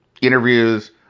interviews